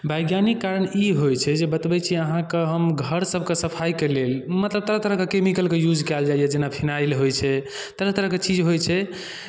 वैज्ञानिक कारण ई होइ छै जे बतबै छै अहाँके हम घरसभके सफाइके लेल मतलब तरह तरहके कैमिकलके यूज कयल जाइए जेना फिनाइल होइ छै तरह तरहके चीज होइ छै